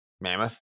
mammoth